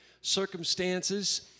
circumstances